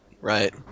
Right